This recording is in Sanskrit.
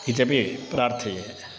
इत्यपि प्रार्थये